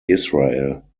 israel